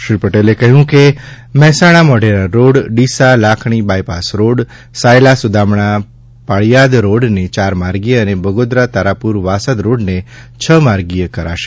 શ્રી પટેલે કહ્યું કે Mehsana Modhera road Deesa Lakhani bypass road Sayla Sudamda Paliyad રોડને ચારમાર્ગીય અને બગોદરા તારાપુર વાસદ રોડને છ માર્ગીય કરાશે